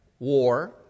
War